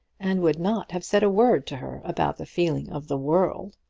and would not have said a word to her about the feeling of the world.